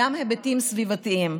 גם היבטים סביבתיים,